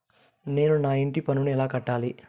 నేను నా ఇంటి పన్నును ఎలా కట్టాలి?